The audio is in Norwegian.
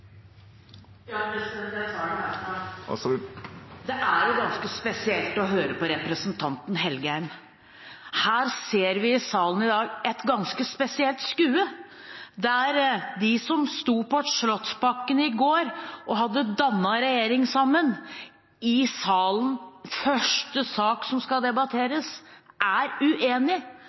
Det er ganske spesielt å høre på representanten Engen-Helgheim. Her ser vi i salen i dag et ganske spesielt skue, der de som sto på Slottsplassen i går og hadde dannet regjering sammen, i første sak som skal debatteres, er